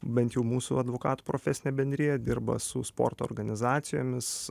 bent jau mūsų advokatų profesinė bendrija dirba su sporto organizacijomis